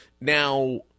Now